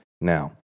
Now